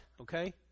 okay